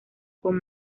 con